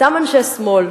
אותם אנשי שמאל,